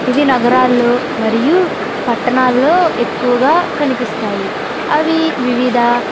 ఇవి నగరాల్లో మరియు పట్టణాల్లో ఎక్కువగా కనిపిస్తాయి అవి వివిధ